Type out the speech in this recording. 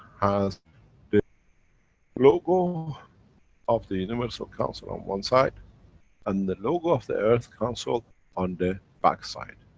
has the logo of the universal council on one side and the logo of the earth council on the back side,